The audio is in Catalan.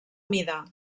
mida